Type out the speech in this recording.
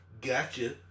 gotcha